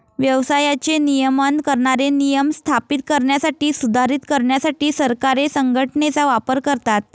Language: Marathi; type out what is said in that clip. व्यवसायाचे नियमन करणारे नियम स्थापित करण्यासाठी, सुधारित करण्यासाठी सरकारे संघटनेचा वापर करतात